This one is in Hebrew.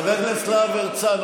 חבר הכנסת להב הרצנו,